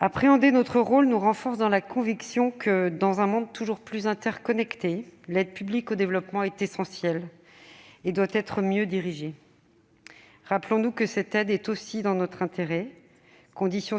Appréhender notre rôle nous renforce dans la conviction que, dans un monde toujours plus interconnecté, l'aide publique au développement est essentielle et doit être mieux dirigée. Rappelons-nous que cette aide est aussi dans notre intérêt, condition